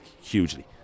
hugely